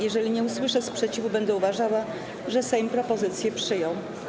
Jeżeli nie usłyszę sprzeciwu, będę uważała, że Sejm propozycję przyjął.